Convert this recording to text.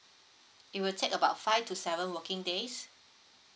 it will take about five to seven working days